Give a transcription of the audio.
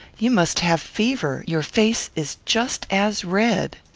you must have fever your face is just as red!